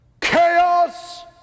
Chaos